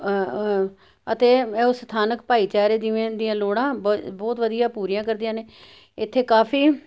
ਅਤੇ ਉਹ ਸਥਾਨਕ ਭਾਈਚਾਰੇ ਜਿਵੇਂ ਦੀਆ ਲੋੜਾਂ ਬ ਬਹੁਤ ਵਧੀਆ ਪੂਰੀਆਂ ਕਰਦੀਆਂ ਨੇ ਇੱਥੇ ਕਾਫ਼ੀ